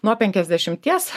nuo penkiasdešimties